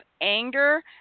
anger